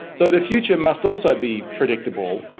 so the future must also be predictable,